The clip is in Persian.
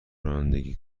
رانندگی